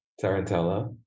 tarantella